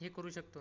हे करू शकतो